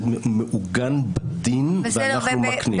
זה מעוגן בדין ואנחנו מקנים.